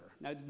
now